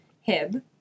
Hib